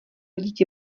dítě